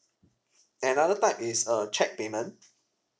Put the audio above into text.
another type is uh cheque payment